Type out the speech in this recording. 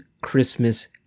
Christmas